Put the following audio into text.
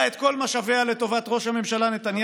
את כל משאביה לטובת ראש הממשלה נתניהו,